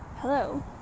Hello